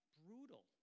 brutal